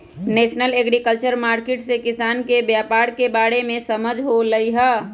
national agriculture market से किसान के व्यापार के बारे में समझ होलई ह